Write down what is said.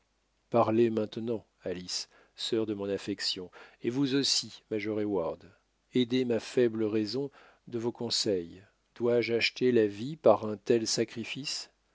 parlez maintenant alice sœur de mon affection et vous aussi major heyward aidez ma faible raison de vos conseils dois-je acheter la vie par un tel sacrifice